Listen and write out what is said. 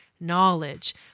knowledge